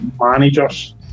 managers